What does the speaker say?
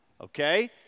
Okay